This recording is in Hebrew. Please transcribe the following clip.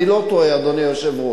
אני לא טועה, אדוני היושב-ראש.